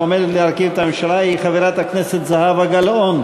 המועמדת להרכיב את הממשלה היא חברת הכנסת זהבה גלאון.